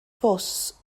fws